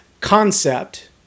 concept